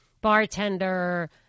bartender